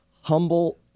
humble